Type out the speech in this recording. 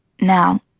Now